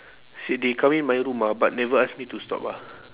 see they come in my room ah but never ask me to stop ah